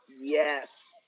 Yes